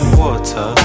water